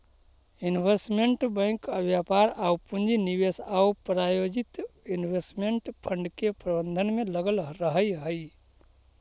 investment bank व्यापार आउ पूंजी निवेश आउ प्रायोजित इन्वेस्टमेंट फंड के प्रबंधन में लगल रहऽ हइ